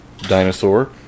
dinosaur